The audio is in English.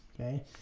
okay